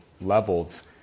levels